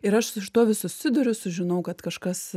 ir aš su šituo vis susiduriu sužinau kad kažkas